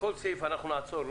כל סעיף, אנחנו נעצור,